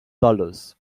dollars